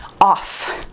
off